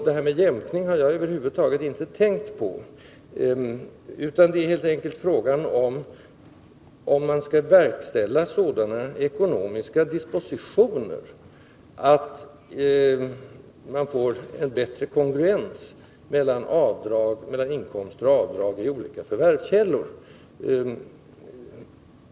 Det här med jämkning har jag över huvud taget inte tänkt på, utan vad som föresvävat mig är möjligheten att verkställa sådana ekonomiska dispositioner att man får en bättre kongruens mellan inkomster och avdrag i olika förvärvskällor.